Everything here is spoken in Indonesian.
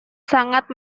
sangat